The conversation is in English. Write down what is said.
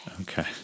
Okay